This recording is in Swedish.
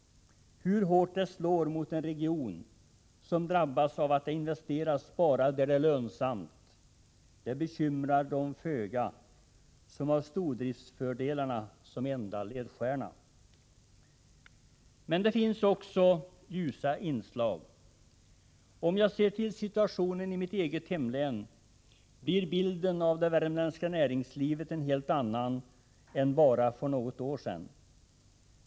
Hur hårt det slår mot en region som drabbas av att det investeras bara där det är lönsamt, bekymrar föga dem som har stordriftsfördelarna som enda ledstjärna. Men det finns också ljusa inslag. Om jag ser till situationen i mitt eget hemlän blir bilden av det värmländska näringslivet en helt annan än för bara något år sedan.